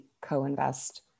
co-invest